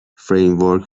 framework